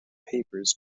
papers